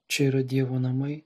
čia yra dievo namai